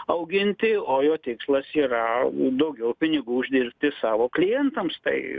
auginti o jo tikslas yra daugiau pinigų uždirbti savo klientams tai